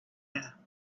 air